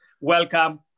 welcome